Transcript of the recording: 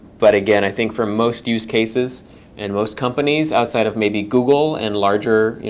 but again, i think for most use cases and most companies, outside of maybe google and larger,